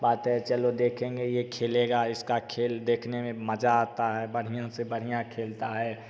बात है चलो देखेंगे ये खेलेगा इसका खेल देखने में मजा आता है बढ़िया से बढ़िया खेलता है